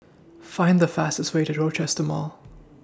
Find The fastest Way to Rochester Mall